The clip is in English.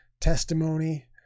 testimony